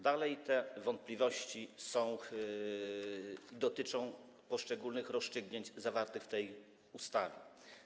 Dalej, te wątpliwości dotyczą poszczególnych rozstrzygnięć zawartych w tej ustawie.